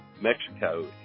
Mexico